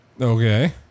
okay